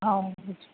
ஆ